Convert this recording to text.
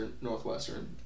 Northwestern